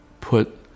put